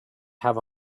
have